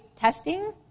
testing